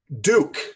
Duke